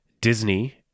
Disney